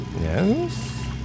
Yes